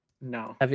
No